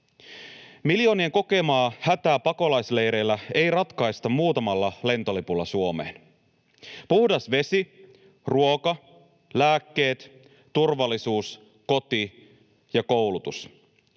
Miljoonien kokemaa hätää pakolaisleireillä ei ratkaista muutamalla lentolipulla Suomeen. Puhdas vesi, ruoka, lääkkeet, turvallisuus, koti ja koulutus